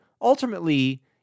ultimately